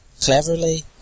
cleverly